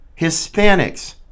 Hispanics